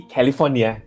California